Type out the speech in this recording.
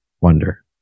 wonder